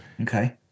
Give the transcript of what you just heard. Okay